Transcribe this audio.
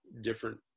different